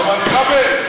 איתן כבל.